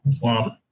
Wow